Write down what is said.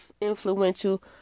influential